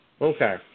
Okay